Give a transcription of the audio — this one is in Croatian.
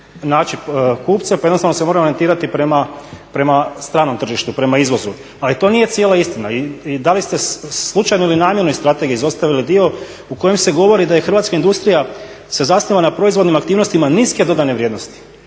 naći kupca, pa jednostavno se moramo orijentirati prema stranom tržištu, prema izvozu. Ali to nije cijela istina. I da li ste slučajno ili namjerno iz strategije izostavili dio u kojem se govori da je hrvatska industrija, se zasniva na proizvodnim aktivnostima niske dodane vrijednosti.